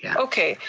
yeah okay.